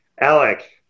Alec